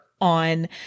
On